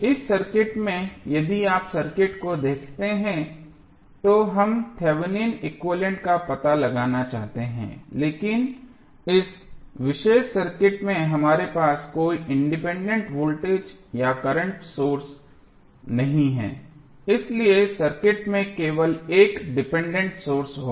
इस सर्किट में यदि आप सर्किट को देखते हैं तो हम थेवेनिन एक्विवैलेन्ट का पता लगाना चाहते हैं लेकिन इस विशेष सर्किट में हमारे पास कोई इंडिपेंडेंट वोल्टेज या करंट सोर्स नहीं है इसलिए सर्किट में केवल एक डिपेंडेंट सोर्स होगा